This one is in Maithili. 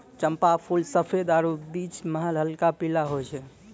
चंपा फूल सफेद आरु बीच मह हल्क पीला होय छै